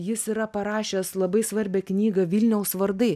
ir jis yra parašęs labai svarbią knygą vilniaus vardai